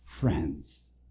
friends